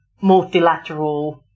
multilateral